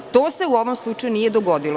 To se u ovom slučaju nije dogodilo.